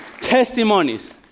testimonies